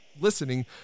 listening